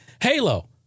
Halo